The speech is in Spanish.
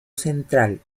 central